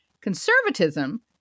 conservatism